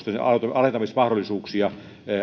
alentamismahdollisuuksia